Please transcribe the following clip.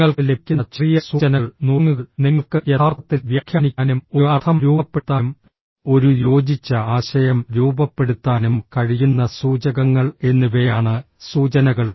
നിങ്ങൾക്ക് ലഭിക്കുന്ന ചെറിയ സൂചനകൾ നുറുങ്ങുകൾ നിങ്ങൾക്ക് യഥാർത്ഥത്തിൽ വ്യാഖ്യാനിക്കാനും ഒരു അർത്ഥം രൂപപ്പെടുത്താനും ഒരു യോജിച്ച ആശയം രൂപപ്പെടുത്താനും കഴിയുന്ന സൂചകങ്ങൾ എന്നിവയാണ് സൂചനകൾ